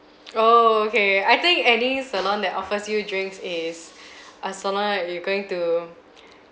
oh okay I think any salon that offers you drinks is a salon that you're going to